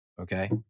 okay